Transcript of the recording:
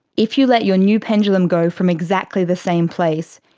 if you let your new pendulum go from exactly the same place,